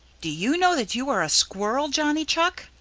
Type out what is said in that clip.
do you know that you are a squirrel, johnny chuck?